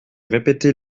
répétait